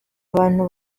abantu